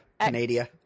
Canada